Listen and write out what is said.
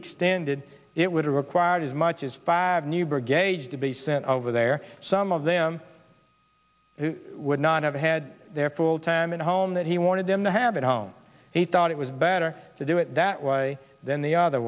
extended it would require as much as five new brigade to be sent over there some of them would not have had their full time at home that he wanted them to have at home he thought it was better to do it that way than the other